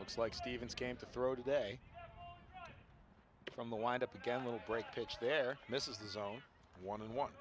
looks like stevens came to throw today from the wind up again a little break pitch there misses the zone one on one